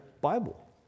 Bible